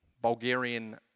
Bulgarian